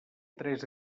tres